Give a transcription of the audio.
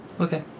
Okay